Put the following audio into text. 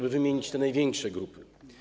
Wymieniam te największe grupy.